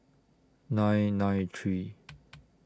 nine nine three